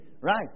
right